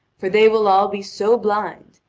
for they will all be so blind,